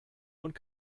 und